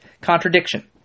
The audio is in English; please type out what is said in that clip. Contradiction